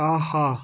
آہا